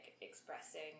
expressing